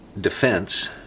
defense